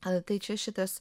a tai čia šitas